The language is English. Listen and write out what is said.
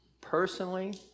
personally